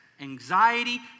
anxiety